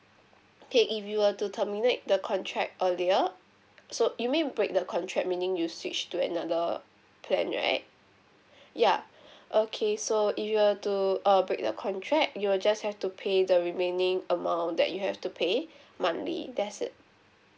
okay if you want to terminate the contract earlier so you may break the contract meaning you switch to another plan right ya okay so if you want to err break the contract you will just have to pay the remaining amount that you have to pay monthly that's it